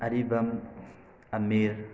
Aribam Amir